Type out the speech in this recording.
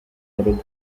rugo